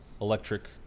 Electric